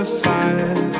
fire